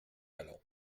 allant